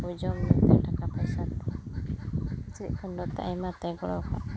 ᱚᱠᱚᱭ ᱡᱚᱢ ᱧᱩᱛᱮ ᱴᱟᱠᱟ ᱯᱩᱭᱥᱟᱹ ᱛᱮ ᱠᱤᱪᱨᱤᱡ ᱠᱷᱟᱺᱰᱟᱣᱟᱜ ᱛᱮ ᱟᱭᱢᱟ ᱛᱮᱭ ᱜᱚᱲᱚ ᱟᱠᱟᱫ ᱠᱚᱣᱟ